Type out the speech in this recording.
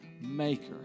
maker